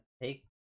take